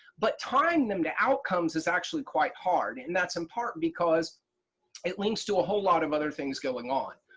but tying them to outcomes is actually quite hard. and that's in part because it links to a whole lot of other things going on.